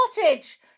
cottage